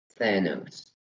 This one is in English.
Thanos